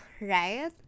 right